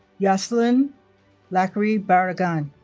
yoselyn lachary barragan